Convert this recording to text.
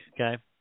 okay